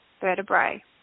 vertebrae